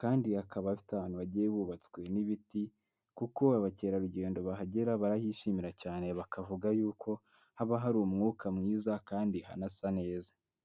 kandi hakaba afite ahantu hagiye hubatswe n'ibiti, kuko abakerarugendo bahagera barahishimira cyane bakavuga yuko haba hari umwuka mwiza kandi hanasa neza.